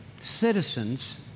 citizens